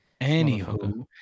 Anywho